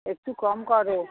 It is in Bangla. একটু কম করো